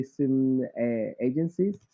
agencies